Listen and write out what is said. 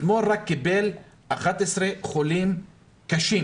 רק אתמול קיבל11 חולים קשים